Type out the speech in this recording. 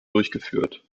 durchgeführt